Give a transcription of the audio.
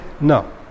No